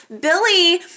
Billy